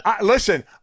listen